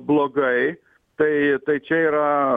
blogai tai tai čia yra